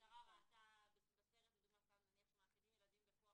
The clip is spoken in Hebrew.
המשטרה ראתה נניח בסרט שמאכילים ילדים בכוח,